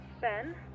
Ben